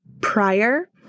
prior